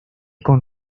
con